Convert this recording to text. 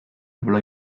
habló